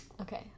Okay